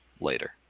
later